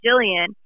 Jillian